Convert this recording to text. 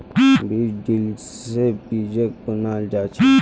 बीज ड्रिल से बीजक बुनाल जा छे